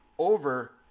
over